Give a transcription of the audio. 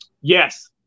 Yes